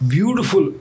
Beautiful